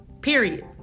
period